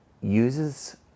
uses